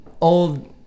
old